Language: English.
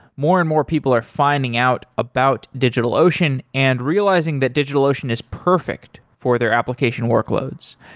more and more people are finding out about digitalocean and realizing that digitalocean is perfect for their application workloads.